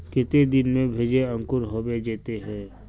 केते दिन में भेज अंकूर होबे जयते है?